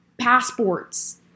passports